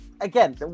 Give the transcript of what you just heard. again